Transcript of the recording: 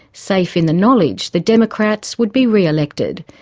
safe in the knowledge the democrats would be re-elected.